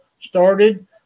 started